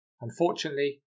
Unfortunately